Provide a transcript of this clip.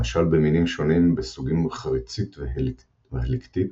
למשל במינים שונים בסוגים חריצית והליקטית,